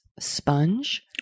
sponge